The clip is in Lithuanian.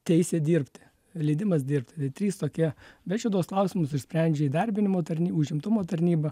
teisė dirbti leidimas dirbti trys tokie bet šituos klausimus išsprendžia įdarbinimo tarny užimtumo tarnyba